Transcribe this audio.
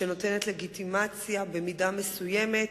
שנותנת לגיטימציה, במידה מסוימת,